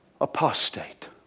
apostate